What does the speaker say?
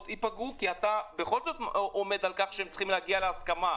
ייפגעו כי אתה בכל זאת עומד על כך שהם צריכים להגיע להסכמה.